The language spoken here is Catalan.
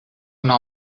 una